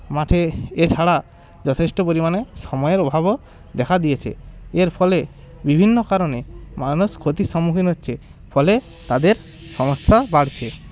মাঠে এছাড়া যথেষ্ট পরিমাণে সময়ের অভাবও দেখা দিয়েছে এর ফলে বিভিন্ন কারণে মানুষ ক্ষতির সম্মুখীন হচ্ছে ফলে তাদের সমস্যা বাড়ছে